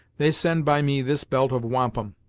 they send by me this belt of wampum,